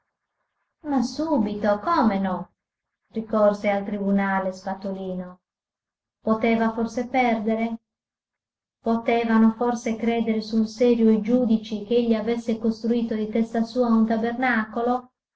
ma subito come no ricorse al tribunale spatolino poteva forse perdere potevano forse credere sul serio i giudici che egli avesse costruito di testa sua un tabernacolo